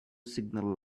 signal